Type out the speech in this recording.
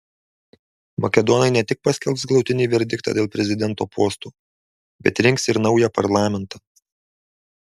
makedonai ne tik paskelbs galutinį verdiktą dėl prezidento posto bet rinks ir naują parlamentą